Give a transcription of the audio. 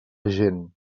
gent